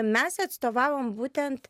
mes atstovavom būtent